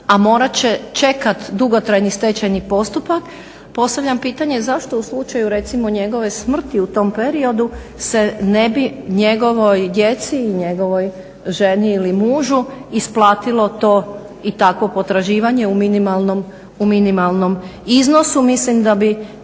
a morat će čekat dugotrajni stečajni postupak, postavljam pitanje zašto u slučaju recimo njegove smrti u tom periodu se ne bi njegovoj djeci i njegovoj ženi ili mužu isplatilo to i takvo potraživanje u minimalnom iznosu? Mislim da bi,